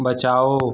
बचाओ